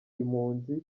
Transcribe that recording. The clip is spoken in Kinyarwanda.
impunzi